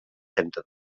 trenta